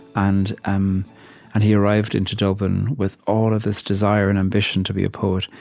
and um and he arrived into dublin with all of this desire and ambition to be a poet,